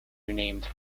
renamed